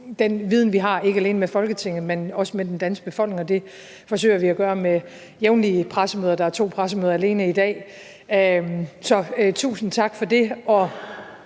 den viden, vi har, ikke alene med Folketinget, men også med den danske befolkning, og det forsøger vi at gøre med jævnlige pressemøder – der er to pressemøder alene i dag. Så tusind tak for det,